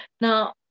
Now